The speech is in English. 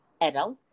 adult